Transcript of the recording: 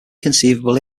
conceivable